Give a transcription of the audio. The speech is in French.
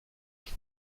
qui